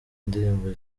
indirimbo